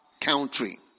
country